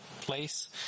place